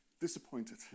disappointed